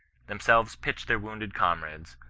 themselves pitch their wounded comrades,